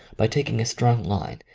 by taking a strong line,